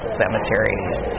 cemeteries